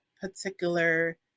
particular